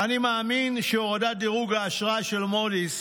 "אני מאמין שהורדת דירוג האשראי של מודי'ס